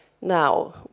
now